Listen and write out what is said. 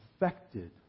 affected